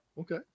okay